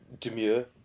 demure